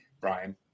Brian